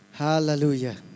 Hallelujah